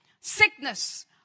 Sickness